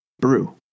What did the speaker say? brew